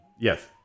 Yes